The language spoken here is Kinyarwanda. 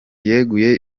yeguye